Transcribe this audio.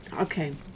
okay